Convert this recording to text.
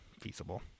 feasible